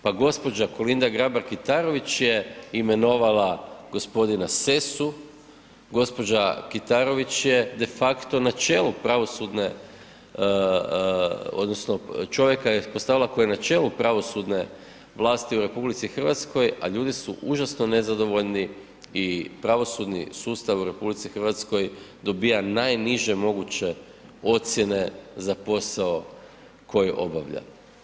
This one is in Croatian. Pa gđa. Kolinda Grabar-Kitarović je imenovala g. Sessu, gđa. Kitarović je de facto na čelu pravosudne, odnosno čovjeka je postavila koji je na čelu pravosudne vlasti u RH a ljudi su užasno nezadovoljni i pravosudni sustav u RH dobiva najniže moguće ocjene za posao koji obavlja.